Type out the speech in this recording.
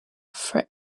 for